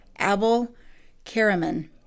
Abel-Karaman